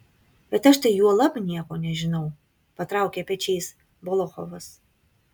bet aš tai juolab nieko nežinau patraukė pečiais volochovas